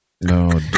No